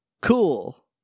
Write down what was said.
cool